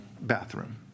bathroom